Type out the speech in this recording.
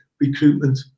recruitment